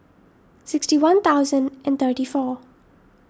sixty one thousand and thirty four